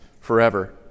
forever